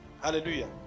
Hallelujah